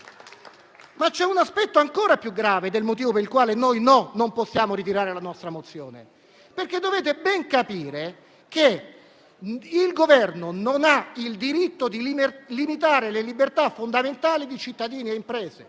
però un aspetto ancora più grave ed è il motivo per il quale non possiamo ritirare la nostra mozione: dovete ben capire che il Governo non ha il diritto di limitare le libertà fondamentali di cittadini e imprese.